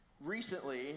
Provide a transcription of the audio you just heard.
Recently